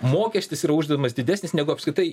mokestis yra uždedamas didesnis negu apskritai